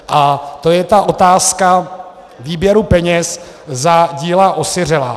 A to je ta otázka výběru peněz za díla osiřelá.